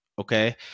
Okay